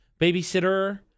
babysitter